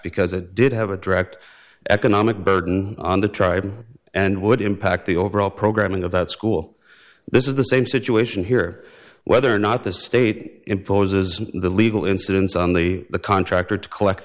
because it did have a direct economic burden on the tribe and would impact the overall programming of that school this is the same situation here whether or not the state imposes the legal incidents on the the contractor to collect